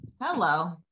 Hello